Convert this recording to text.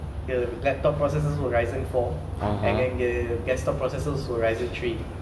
the laptop processors were Ryzen four and the desktop processors were Ryzen three